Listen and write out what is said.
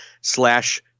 slash